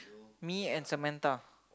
me and Samantha